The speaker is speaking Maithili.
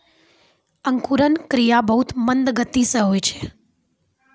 अंकुरन क्रिया बहुत मंद गति सँ होय छै